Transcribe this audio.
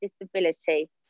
disability